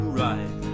right